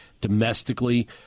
domestically